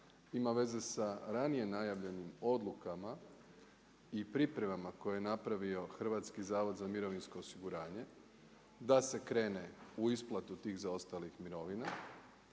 ima veze sa ranije najavim odlukama i pripremama koje je napravio Hrvatski zavod za mirovinsko osiguranje, da se krene u isplatu tih zaostalih mirovina.